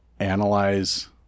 analyze